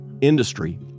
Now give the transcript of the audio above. industry